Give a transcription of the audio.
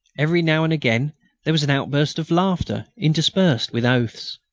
every now and again there was an outburst of laughter interspersed with oaths.